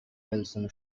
wilson